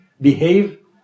behave